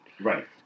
Right